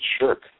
shirk